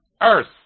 Earth